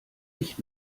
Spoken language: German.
nicht